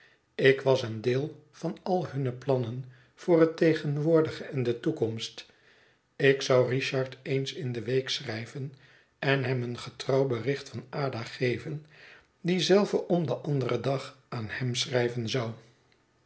ik was een deel van al hunne plannen voor het tegenwoordige en de toekomst ik zou richard eens in de week schrijven en hem een getrouw bericht van ada geven die zelve om den anderen dag aan hem schrijven zou